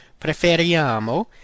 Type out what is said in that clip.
preferiamo